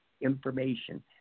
information